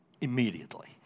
Immediately